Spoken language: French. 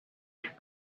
plus